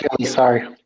Sorry